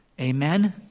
Amen